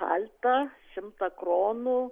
paltą šimtą kronų